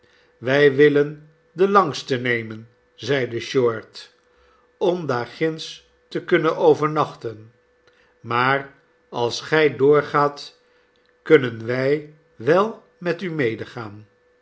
wij wilden den langsten nemen zeide short om daar ginds te kunnen overnachten maar als gij doorgaat kunnen wij wel met u medegaan